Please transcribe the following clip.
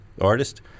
artist